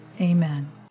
Amen